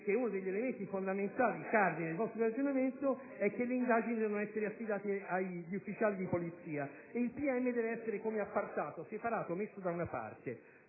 che uno degli elementi fondamentali del vostro ragionamento sarebbe che le indagini devono essere affidate agli ufficiali di polizia e che il pubblico ministero deve essere come appartato, separato, messo da una parte;